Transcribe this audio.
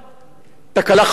תקלה חמורה מאוד.